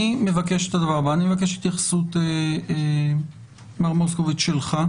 אני מבקש התייחסות שלך, מר מוסקוביץ.